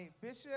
bishop